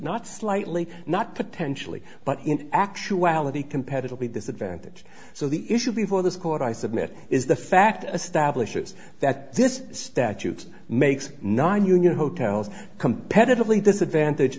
not slightly not potentially but in actuality competitively disadvantage so the issue before this court i submit is the fact establishes that this statute makes nonunion hotels competitor only disadvantage